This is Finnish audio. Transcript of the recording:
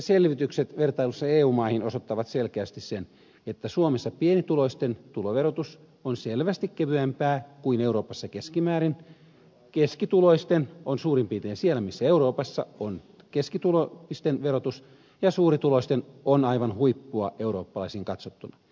selvitykset vertailussa eu maihin osoittavat selkeästi sen että suomessa pienituloisten tuloverotus on selvästi kevyempää kuin euroopassa keskimäärin keskituloisten on suurin piirtein siellä missä euroopassa on keskituloisten verotus ja suurituloisten on aivan huippua eurooppalaisittain katsottuna